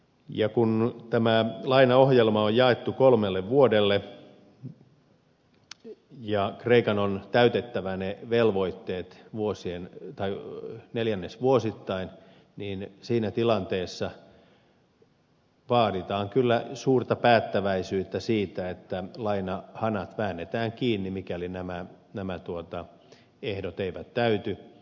ja kun tämä lainaohjelma on jaettu kolmelle vuodelle ja kreikan on täytettävä ne velvoitteet neljännesvuosittain niin siinä tilanteessa vaaditaan kyllä suurta päättäväisyyttä että lainahanat väännetään kiinni mikäli nämä ehdot eivät täyty